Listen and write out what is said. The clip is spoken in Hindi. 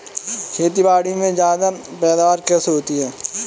खेतीबाड़ी में ज्यादा पैदावार कैसे होती है?